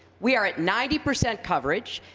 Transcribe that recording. we are at ninety percent coverage.